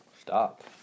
Stop